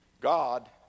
God